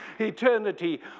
eternity